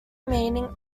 meaning